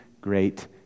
great